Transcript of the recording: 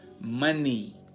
money